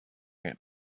him